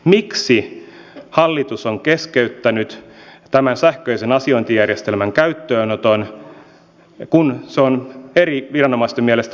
miksi hallitus on keskeyttänyt tämän sähköisen asiointijärjestelmän käyttöönoton kun se on eri viranomaisten mielestä valmis